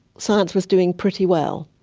science was doing pretty well.